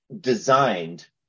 designed